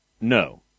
No